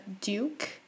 duke